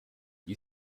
gli